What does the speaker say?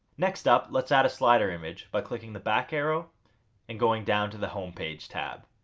next up, let's add a slider image, by clicking the back arrow and going down to the homepage tab.